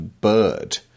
bird